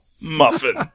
muffin